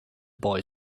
boy